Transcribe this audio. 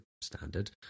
standard